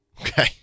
Okay